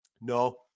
No